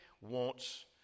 wants